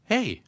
Hey